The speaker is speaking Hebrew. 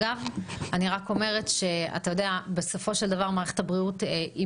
אני רק אומרת שבסופו של דבר מערכת הבריאות היא